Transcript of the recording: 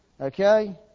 Okay